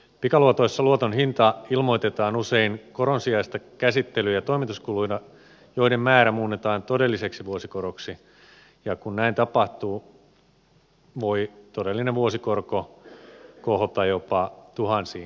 pikaluotoissa luoton hinta ilmoitetaan usein koron sijasta käsittely ja toimituskuluina joiden määrä muunnetaan todelliseksi vuosikoroksi ja kun näin tapahtuu voi todellinen vuosikorko kohota jopa tuhansiin prosentteihin